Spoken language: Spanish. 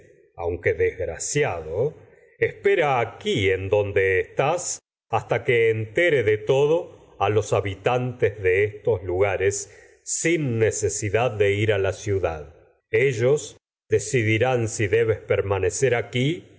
aunque desgraciado espera aquí en de estás hasta que entere de todo a los habitantes de estos lugares sin necesidad de ir a la ciudad ellos de cidirán si debes permanecer edipo aquí